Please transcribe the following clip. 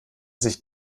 sich